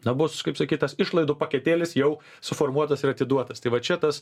na bus kaip sakyt tas išlaidų paketėlis jau suformuotas ir atiduotas tai va čia tas